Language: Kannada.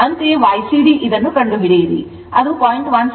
ಅಂತೆಯೇ Ycd ಇದನ್ನು ಕಂಡುಹಿಡಿಯಿರಿ